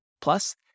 Plus